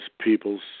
peoples